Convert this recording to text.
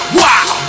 wow